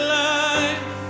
life